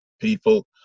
people